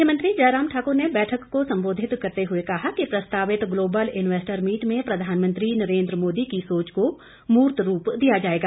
मुख्यमंत्री जयराम ठाकुर ने बैठक को संबोधित करते हुए कहा कि प्रस्तावित ग्लोबल इन्वेस्टर मीट में प्रधानमंत्री नरेंद्र मोदी की सोच को मूर्त रूप दिया जाएगा